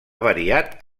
variat